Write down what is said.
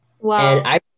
Wow